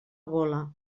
gola